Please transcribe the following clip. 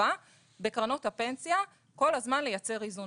חובה בקרנות הפנסיה כל הזמן לייצר איזון.